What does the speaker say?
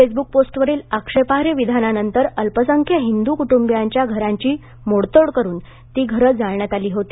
Facebook पोस्टवरील आक्षेपार्ह विधानानंतर अल्पसंख्य हिंदू कुटुंबियांची घरांची मोडतोड करून तीन जाळण्यात आली होती